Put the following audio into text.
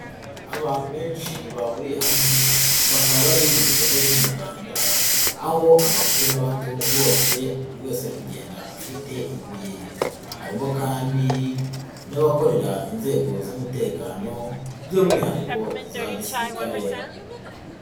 Abantu benshi bahuriye hamwe bakaba bari mu gikorwa cy'umuganda, aho abakuru n'abato bose buri wese ari kugenda afite ibuye. Harimo kandi n'abakorera inzego z'umutekano by'umwihariko iza gisirikare.